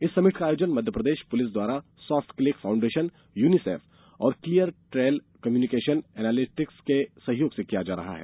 इस समिट का आयोजन मध्यप्रदेश पुलिस द्वारा सॉफ्ट क्लिक फाउंडेशन यूनीसेफ और क्लीयर ट्रेल कम्यूनिकेशन एनालिटिक्स के सहयोग से किया जा रहा है